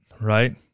Right